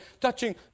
touching